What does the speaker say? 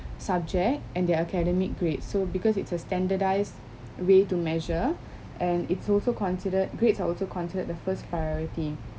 subject and their academic grades so because it's a standardized way to measure and it's also considered grades are also considered the first priority